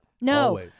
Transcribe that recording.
no